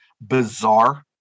bizarre